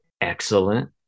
excellent